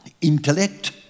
intellect